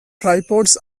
tripods